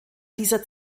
dieser